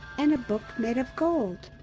and a book made of gold.